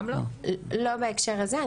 לא בהקשר הזה.